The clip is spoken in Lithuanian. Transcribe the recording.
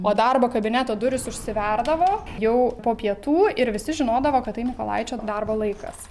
o darbo kabineto durys užsiverdavo jau po pietų ir visi žinodavo kad tai mykolaičio darbo laikas